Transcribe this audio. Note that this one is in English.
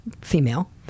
female